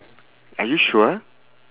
are you sure